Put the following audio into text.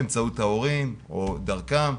באמצעות ההורים או דרכם,